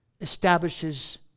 establishes